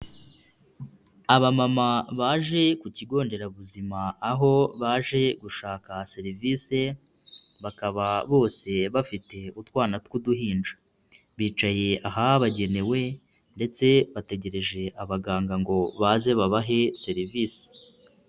Abamama baje ku kigo nderabuzima, aho baje gushaka serivise, bakaba bose bafite utwana tw'uduhinja, bicaye ahabagenewe ndetse bategereje abaganga ngo baze babahe serivise.